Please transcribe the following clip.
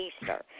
Easter